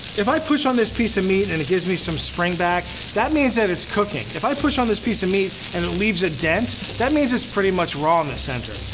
if i push on this piece of meat and it gives me some spring back that means that it's cooking. if i push on this piece of meat and it leaves a dent that means it's pretty much raw in the center.